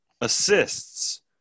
Assists